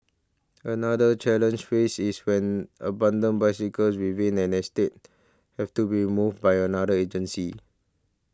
another challenge faced is when abandoned bicycles within an estate have to be removed by another agency